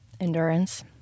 Endurance